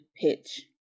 pitch